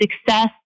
success